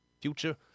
future